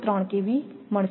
3 kV મળશે